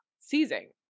seizing